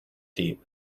deep